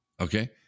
okay